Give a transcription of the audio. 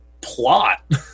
plot